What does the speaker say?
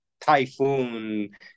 typhoon